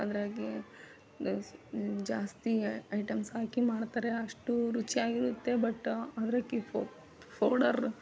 ಅದ್ರಾಗೆ ದೋಸ್ ಜಾಸ್ತಿ ಐಟಮ್ಸ್ ಹಾಕಿ ಮಾಡ್ತಾರೆ ಅಷ್ಟು ರುಚಿಯಾಗಿರುತ್ತೆ ಬಟ್ ಅದ್ರಕಿ ಫೌಡರ್